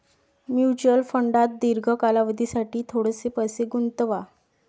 mutual फंडात दीर्घ कालावधीसाठी थोडेसे पैसे गुंतवा